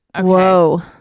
Whoa